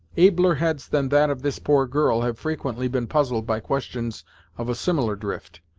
abler heads than that of this poor girl have frequently been puzzled by questions of a similar drift,